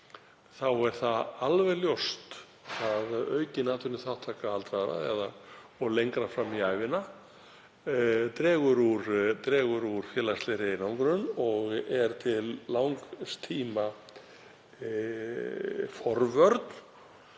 er alveg ljóst að aukin atvinnuþátttaka aldraðra og lengra fram í ævina dregur úr félagslegri einangrun og er til langs tíma forvörn